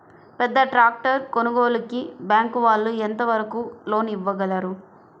పెద్ద ట్రాక్టర్ కొనుగోలుకి బ్యాంకు వాళ్ళు ఎంత వరకు లోన్ ఇవ్వగలరు?